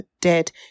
dead